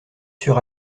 sur